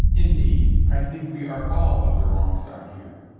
indeed, i think we are all of the wrong side here.